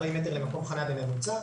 40 מטר למקום חניה בממוצע,